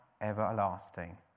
everlasting